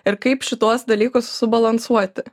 ir kaip šituos dalykus subalansuoti